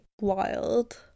wild